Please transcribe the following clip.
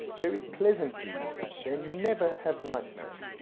very pleasant dreams, they never have nightmares.